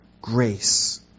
grace